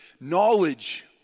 knowledge